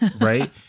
right